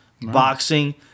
boxing